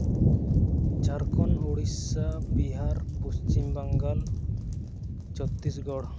Jharkhand Odisha Bihar Paschim Bangal Chhattisgarh